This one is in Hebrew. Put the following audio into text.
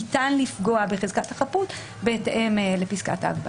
ניתן לפגוע בחזקת החפות בהתאם לפסקת ההגבלה.